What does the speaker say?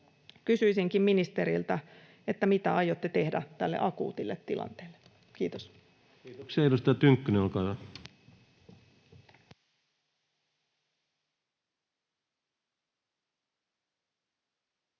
Kysyisinkin ministeriltä: mitä aiotte tehdä tälle asialle? Kiitoksia. — Edustaja Huttunen, olkaa hyvä.